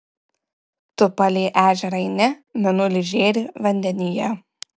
tu palei ežerą eini mėnulis žėri vandenyje